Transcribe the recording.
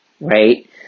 right